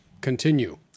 continue